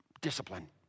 Discipline